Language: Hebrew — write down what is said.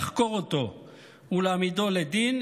לחקור אותו ולהעמידו לדין,